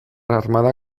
armada